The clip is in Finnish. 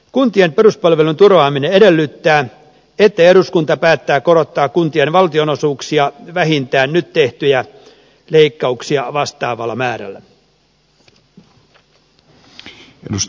kuntien peruspalvelujen turvaaminen edellyttää että eduskunta päättää korottaa kuntien valtionosuuksia vähintään nyt tehtyjä leikkauksia vastaavalla määrällä